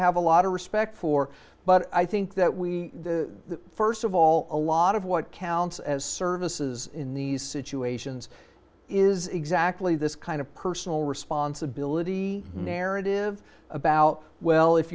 have a lot of respect for but i think that we the st of all a lot of what counts as services in these situations is exactly this kind of personal responsibility narrative about well if